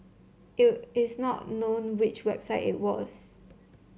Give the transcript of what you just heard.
it's not known which website it was